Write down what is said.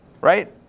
right